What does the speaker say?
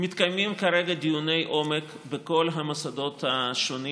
מתקיימים כרגע דיוני עומק בכל המוסדות השונים